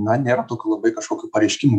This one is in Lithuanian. na nėra labai kažkokių pareiškimų